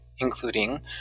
including